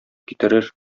китерер